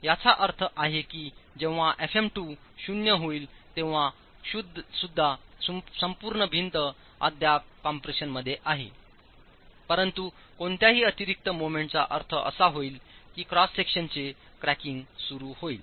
याचा अर्थ असा आहे की जेव्हा fm2 शून्य होईल तेव्हा सुद्धा संपूर्ण भिंत अद्याप कॉम्प्रेशनमध्ये आहे परंतु कोणत्याही अतिरिक्त मोमेंटचा अर्थ असा होईल की क्रॉस सेक्शन चे क्रॅकिंग सुरू होईल